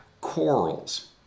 corals